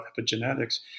epigenetics